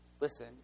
...listen